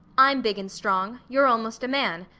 i'm big and strong, you're almost a man,